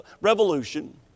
revolution